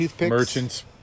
merchants